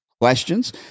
questions